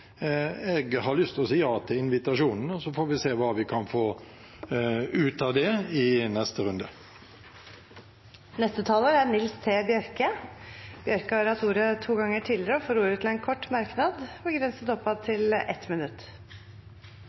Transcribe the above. Jeg har lyst til å si ja til invitasjonen, og så får vi se hva vi kan få ut av det i neste runde. Representanten Nils T. Bjørke har hatt ordet to ganger tidligere og får ordet til en kort merknad, begrenset til 1 minutt.